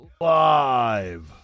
Live